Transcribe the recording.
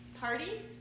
party